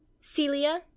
Celia